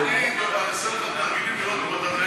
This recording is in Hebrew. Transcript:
אני עושה תרגילים לראות אם אתה מנהל את הישיבה נכון.